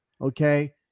Okay